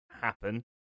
happen